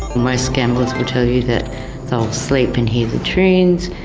most gamblers will tell you that they'll sleep and hear the tunes.